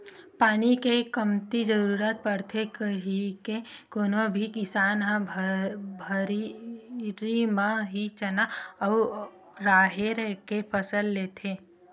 पानी के कमती जरुरत पड़थे कहिके कोनो भी किसान ह भर्री म ही चना अउ राहेर के फसल ल लेथे